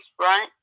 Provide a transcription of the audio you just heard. right